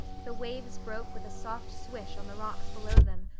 the waves broke with a soft swish on the rocks below them,